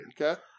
Okay